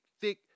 thick